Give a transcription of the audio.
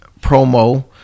promo